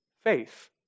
Faith